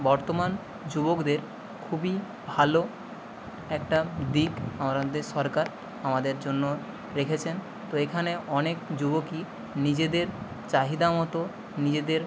বর্তমান যুবকদের খুবই ভালো একটা দিক আমাদের সরকার আমাদের জন্য রেখেছেন তো এখানে অনেক যুবকই নিজেদের চাহিদা মতো নিজেদের